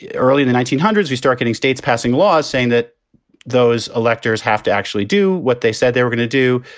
ah earlier than nineteen hundreds, we start getting states passing laws saying that those electors have to actually do what they said they were going to do.